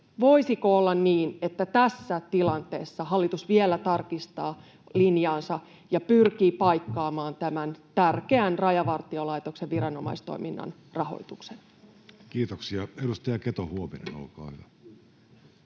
voisiko olla niin, että tässä tilanteessa hallitus vielä tarkistaa linjaansa ja pyrkii paikkaamaan tämän tärkeän Rajavartiolaitoksen viranomaistoiminnan rahoituksen? [Speech 249] Speaker: Jussi Halla-aho